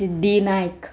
Siddi Naik